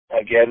again